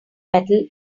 metal